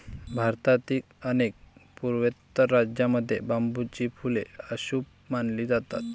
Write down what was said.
भारतातील अनेक पूर्वोत्तर राज्यांमध्ये बांबूची फुले अशुभ मानली जातात